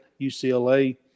UCLA